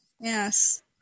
Yes